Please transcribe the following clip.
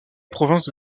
province